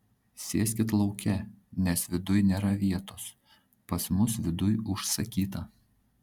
sėskit lauke nes viduj nėra vietos pas mus viduj užsakyta